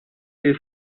ist